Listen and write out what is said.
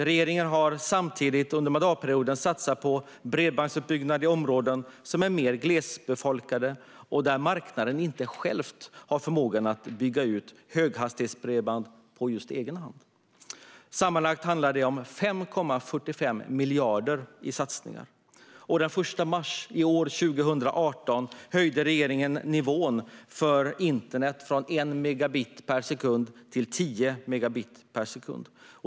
Regeringen har samtidigt under mandatperioden satsat på bredbandsutbyggnad i områden som är mer glesbefolkade och där marknaden inte har förmågan att bygga ut höghastighetsbredband på egen hand. Sammanlagt handlar det om 5,45 miljarder i satsningar. Den 1 mars i år höjde regeringen nivån för internet från 1 megabit per sekund till 10 megabit per sekund.